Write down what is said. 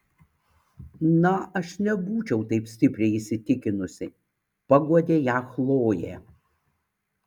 na aš nebūčiau taip stipriai įsitikinusi paguodė ją chlojė